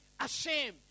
ashamed